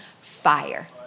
fire